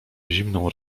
zimną